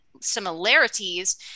similarities